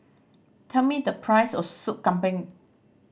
tell me the price of Sup Kambing